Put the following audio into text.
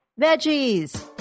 veggies